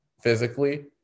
physically